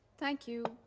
thank you.